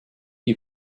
you